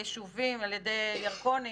היישובים, על ידי ירקוני